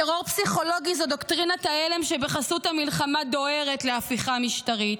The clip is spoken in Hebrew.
טרור פסיכולוגי זו דוקטרינת ההלם שבחסות המלחמה דוהרת להפיכה משטרית.